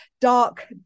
dark